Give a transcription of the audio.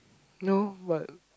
no but